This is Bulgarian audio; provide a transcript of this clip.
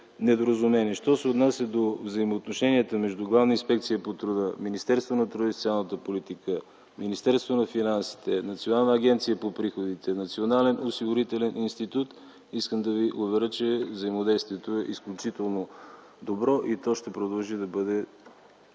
недоразумения. Що се отнася до взаимоотношенията между Главна инспекция по труда, Министерството на труда и социалната политика, Министерството на финансите, Националната агенция за приходите и Националния осигурителен институт искам да Ви уверя, че взаимодействието е изключително добро и ще продължи да бъде